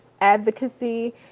advocacy